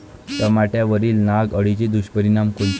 टमाट्यावरील नाग अळीचे दुष्परिणाम कोनचे?